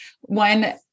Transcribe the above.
one